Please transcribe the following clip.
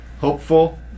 hopeful